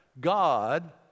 God